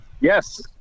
Yes